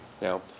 Now